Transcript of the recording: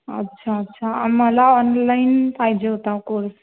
अच्छा अच्छा आम्हाला ऑनलाईन पाहिजे होता कोर्स